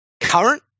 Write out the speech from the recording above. Current